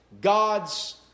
God's